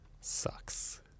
sucks